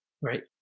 right